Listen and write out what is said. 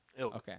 Okay